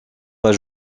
pas